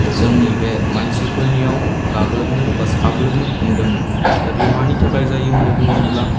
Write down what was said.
जोंनि बे मानसिफोरनियाव गाग्लोबनो बा साग्लोबनो हमदोंमोन दा बेयो मानि थाखाय जायो होन्नानै बुङोब्ला